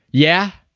yeah,